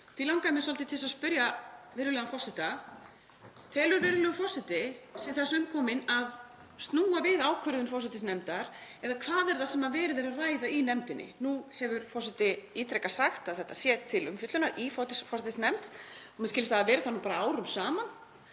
Því langar mig svolítið til þess að spyrja virðulegan forseta: Telur virðulegur forseti sig þess umkominn að snúa við ákvörðun forsætisnefndar eða hvað er það sem verið er að ræða í nefndinni? Nú hefur forseti ítrekað sagt að þetta sé til umfjöllunar í forsætisnefnd og mér skilst að það hafi verið það árum saman.